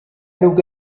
nubwo